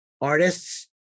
artists